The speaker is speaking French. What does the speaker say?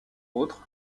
autres